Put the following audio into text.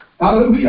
hallelujah